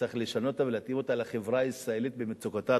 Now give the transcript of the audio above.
צריך לשנות אותה ולהתאים אותה לחברה הישראלית במצוקתה.